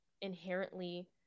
inherently